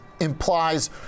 implies